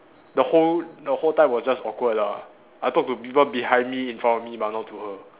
the whole the whole time was just awkward lah I talk to people behind me in front of me but not to her